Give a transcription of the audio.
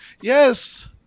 Yes